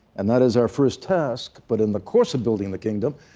and that is our first task. but in the course of building the kingdom,